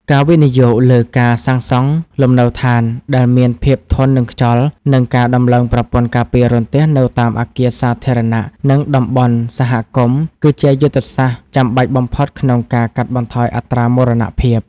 ការវិនិយោគលើការសាងសង់លំនៅដ្ឋានដែលមានភាពធន់នឹងខ្យល់ និងការដំឡើងប្រព័ន្ធការពាររន្ទះនៅតាមអគារសាធារណៈ និងតំបន់សហគមន៍ គឺជាយុទ្ធសាស្ត្រចាំបាច់បំផុតក្នុងការកាត់បន្ថយអត្រាមរណភាព។